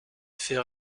fait